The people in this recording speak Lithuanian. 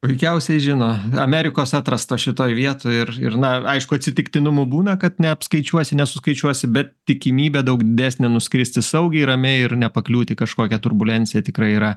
puikiausiai žino amerikos atrasta šitoj vietoj ir ir na aišku atsitiktinumų būna kad neapskaičiuosi nesuskaičiuosi bet tikimybė daug didesnė nuskristi saugiai ramiai ir nepakliūt į kažkokią turbulenciją tikrai yra